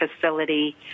facility